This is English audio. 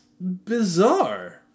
bizarre